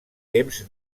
temps